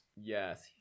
yes